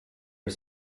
are